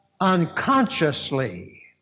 unconsciously